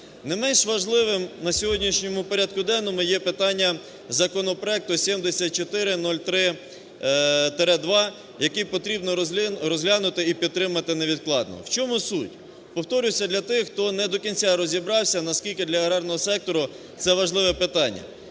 Не менш важливим на сьогоднішньому порядку денному є питання законопроекту 7403-2, який потрібно розглянути і підтримати невідкладно. В чому суть? Повторюся для тих, хто не до кінця розібрався, наскільки для аграрного сектору це важливе питання.